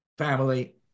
Family